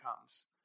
comes